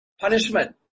punishment